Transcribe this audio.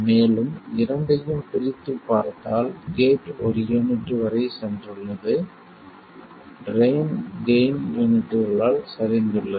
மேலும் இரண்டையும் பிரித்து பார்த்தால் கேட் ஒரு யூனிட் வரை சென்றுள்ளது ட்ரைன் கெய்ன் யூனிட்களால் சரிந்துள்ளது